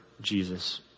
Jesus